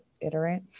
iterate